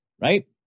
Right